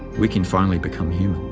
we can finally become human.